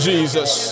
Jesus